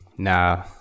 Nah